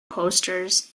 posters